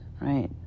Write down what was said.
right